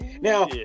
Now